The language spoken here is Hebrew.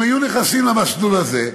אם הן היו נכנסות למסלול הזה,